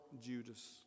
Judas